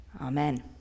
Amen